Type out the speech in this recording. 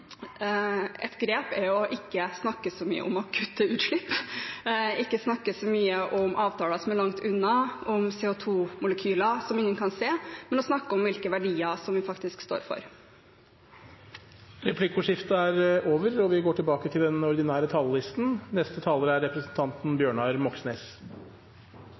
et grep er ikke å snakke så mye om å kutte utslipp, ikke snakke så mye om avtaler som er langt unna, om CO 2 -molekyler som ingen kan se, men å snakke om hvilke verdier vi faktisk står for. Replikkordskiftet er over. Med den høytidelige åpningen av Stortinget hyller vi de demokratiske verdiene Norge er bygd på. Det er det god grunn til.